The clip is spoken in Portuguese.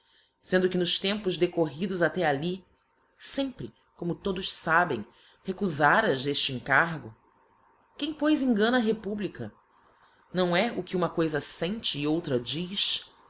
fendo que nos tempos decorridos até ali fempre como todos fabem recufáras efte encargo quem pois engana a republica náo é o que uma coifa fente e outra diz